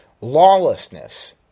lawlessness